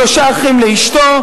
שלושה אחים לאשתו,